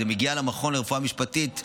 זה מגיע למכון לרפואה משפטית,